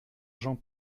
jean